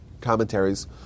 commentaries